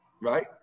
right